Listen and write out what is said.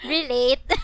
Relate